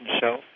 show